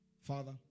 Father